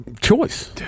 choice